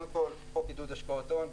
בחוק עידוד השקעות הון,